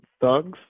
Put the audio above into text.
thugs